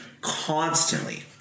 constantly